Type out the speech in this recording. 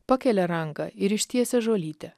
pakelia ranką ir ištiesia žolytę